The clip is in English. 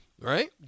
right